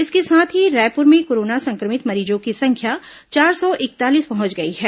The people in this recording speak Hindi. इसके साथ ही रायपुर में कोरोना संक्रमित मरीजों की संख्या चार सौ इकतालीस पहुंच गई है